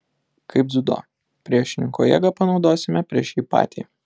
kaip dziudo priešininko jėgą panaudosime prieš jį patį